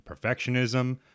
perfectionism